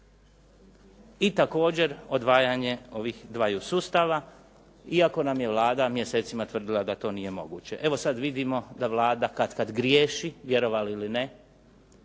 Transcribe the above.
i također odvajanje ovih dvaju sustava, iako nam je Vlada mjesecima tvrdila da to nije moguće. Evo, sad vidimo da Vlada katkad griješi, vjerovali ili ne,